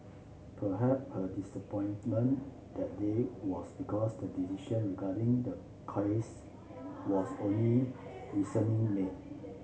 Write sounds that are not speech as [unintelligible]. [unintelligible] her disappointment that day was because the decision regarding the case was only recently made